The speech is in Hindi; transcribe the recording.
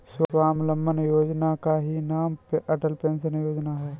स्वावलंबन योजना का ही नाम अटल पेंशन योजना है